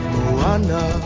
Moana